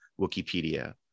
Wikipedia